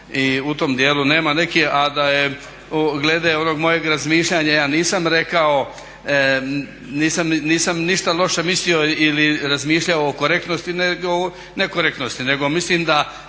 i u tom dijelu nema neki, a glede onog mog razmišljanja ja nisam rekao nisam ništa loše mislio ili razmišljao o korektnosti nekorektnosti, nego mislim da